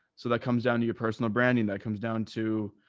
so that comes down to your personal branding that comes down to,